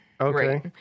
Okay